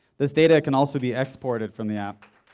this data can also be exported from the app.